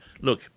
look